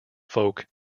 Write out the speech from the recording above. folk